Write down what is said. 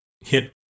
hit